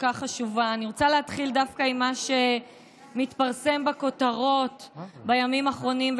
להתחיל דווקא עם מה שמתפרסם בכותרות בימים האחרונים,